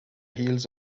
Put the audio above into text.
heels